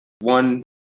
one